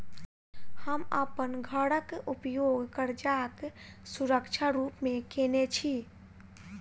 हम अप्पन घरक उपयोग करजाक सुरक्षा रूप मेँ केने छी